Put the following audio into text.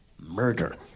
murder